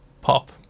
pop